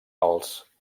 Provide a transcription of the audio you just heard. als